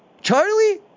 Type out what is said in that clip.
Charlie